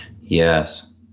Yes